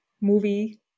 movie